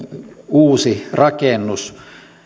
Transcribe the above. uusi rakennus